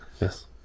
Yes